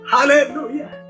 Hallelujah